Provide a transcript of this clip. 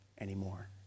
anymore